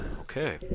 Okay